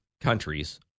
countries